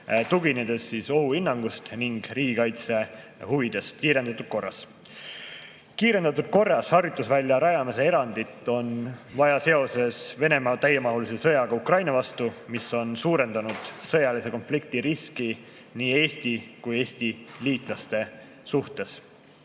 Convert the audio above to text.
tuginedes ohuhinnangule ning riigikaitsehuvidele, kiirendatud korras. Kiirendatud korras harjutusvälja rajamise erandit on vaja seoses Venemaa täiemahulise sõjaga Ukraina vastu, mis on suurendanud sõjalise konflikti riski nii Eesti kui ka Eesti liitlaste suhtes.